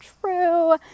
true